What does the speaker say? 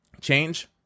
Change